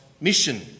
mission